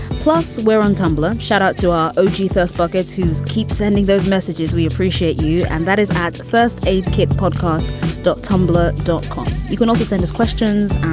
plus we're on tumblr. shout out to our oge, says buckets whose keep sending those messages. we appreciate you. and that is at first aid kit podcast dot tumblr dot com. you can also send us questions,